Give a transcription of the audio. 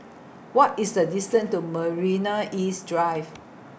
What IS The distance to Marina East Drive